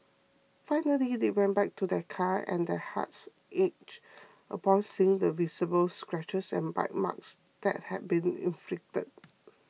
finally they went back to their car and their hearts ached upon seeing the visible scratches and bite marks that had been inflicted